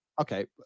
Okay